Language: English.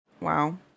wow